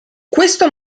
questo